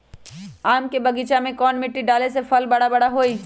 आम के बगीचा में कौन मिट्टी डाले से फल बारा बारा होई?